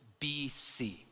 BC